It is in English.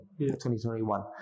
2021